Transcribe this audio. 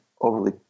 overly